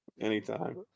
Anytime